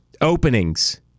openings